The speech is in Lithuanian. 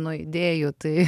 nuo idėju tai